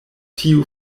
tiu